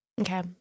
Okay